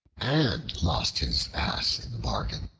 and lost his ass in the bargain.